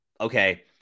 Okay